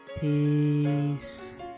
Peace